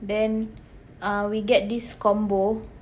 then uh we get this combo